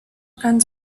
guns